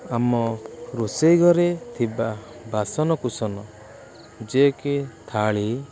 ଆମ ରୋଷେଇ ଘରେ ଥିବା ବାସନ କୁସନ ଯେ କି ଥାଳି